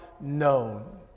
known